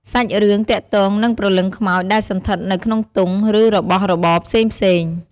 សាច់រឿងទាក់ទងនឹងព្រលឹងខ្មោចដែលសណ្ឋិតនៅក្នុងទង់ ឬរបស់របរផ្សេងៗ។